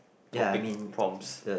topic prompts